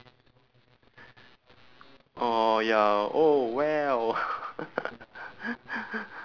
oh ya oh well